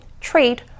trade